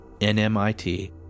NMIT